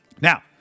Now